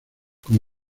como